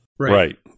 Right